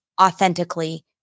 authentically